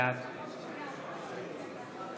בעד